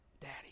Daddy